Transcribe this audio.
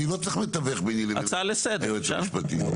אני לא צריך מתווך בענייני היועץ המשפטי.